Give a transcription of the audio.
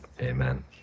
Amen